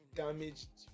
damaged